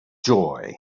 joy